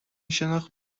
شناخت